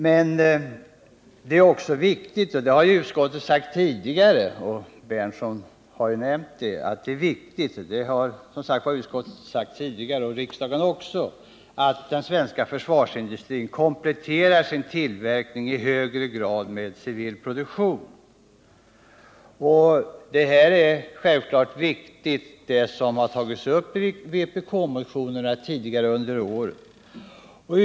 Men det är också, som utskottet och riksdagen under tidigare år har sagt —- och som även Nils Berndtson här har nämnt — viktigt att den svenska försvarsindustrin kompletterar sin tillverkning i högre grad med civil produktion. Det är självfallet viktiga frågor som har tagits upp i vpkmotionerna under tidigare år.